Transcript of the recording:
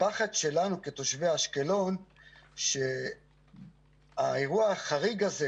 הפחד שלנו כתושבי אשקלון שהאירוע החריג הזה,